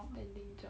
standing job